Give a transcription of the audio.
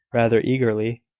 rather eagerly.